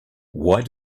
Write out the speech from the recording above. why